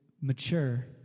mature